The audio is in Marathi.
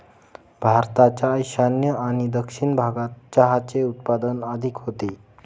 भारताच्या ईशान्य आणि दक्षिण भागात चहाचे उत्पादन अधिक होते